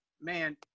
man